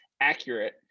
accurate